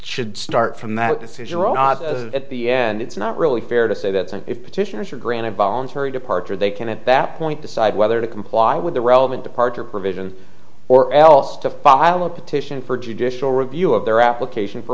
should start from that decision at the end it's not really fair to say that if petitioners are granted voluntary departure they can at that point decide whether to comply with the relevant departure provision or else to file a petition for judicial review of their application for